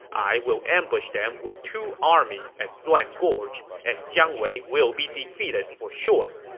i will ambush them with two armies at duan gorge, and jiang wei will be defeated for sure.